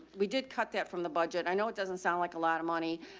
we did cut that from the budget. i know it doesn't sound like a lot of money,